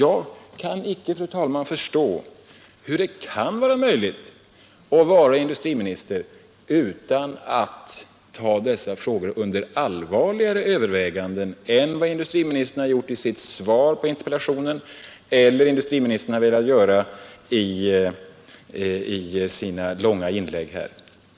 Jag kan icke, fru talman, förstå hur det kan vara möjligt att vara industriminister utan att ta dessa frågor under allvarligare övervägande än vad industriministern gjorde i sitt svar på interpellationen eller vad industriministern velat göra i sina långa inlägg här.